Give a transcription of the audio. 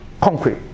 concrete